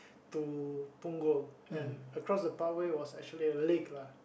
to Punggol and across the pathway was actually a lake lah